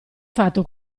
fatto